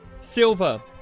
Silver